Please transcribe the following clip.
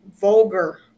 vulgar